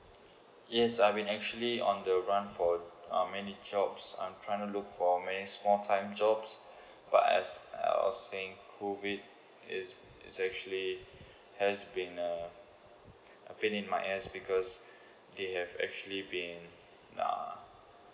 yes I've been actually on the run for um many job I'm trying to look for my small time jobs but as I was saying COVID is is actually has been uh has been in my ass because they have actually been uh